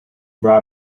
brought